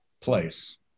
place